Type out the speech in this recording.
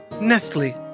Nestle